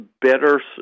better